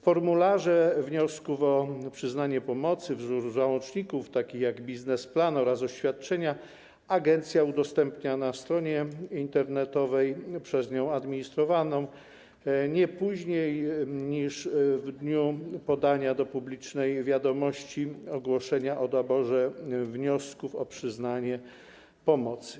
Formularze wniosków o przyznanie pomocy, wzór załączników takich jak biznesplan oraz oświadczenia agencja udostępnia na stronie internetowej przez nią administrowanej, nie później niż w dniu podania do publicznej wiadomości ogłoszenia o naborze wniosków o przyznanie pomocy.